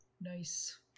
Nice